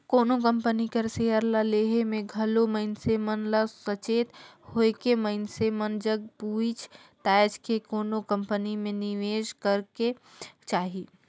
कोनो कंपनी कर सेयर ल लेहे में घलो मइनसे मन ल सचेत होएके मइनसे मन जग पूइछ ताएछ के कोनो कंपनी में निवेस करेक चाही